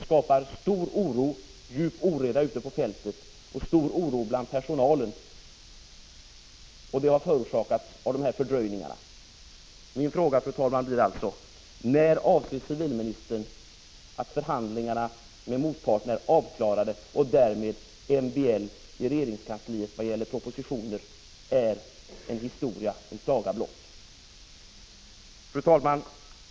Å andra sidan skapar fördröjningarna djup oro och stor oreda ute på fältet samt stor oro bland personalen. Min fråga blir därför: När avser civilministern att förhandlingarna med motparten skall vara avklarade och att MBL i regeringskansliet i vad gäller regeringens propositioner därmed skall vara en saga blott? Fru talman!